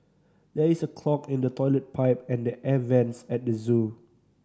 there is a clog in the toilet pipe and the air vents at the zoo